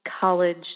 college